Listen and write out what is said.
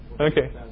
Okay